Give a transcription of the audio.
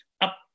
Up